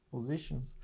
positions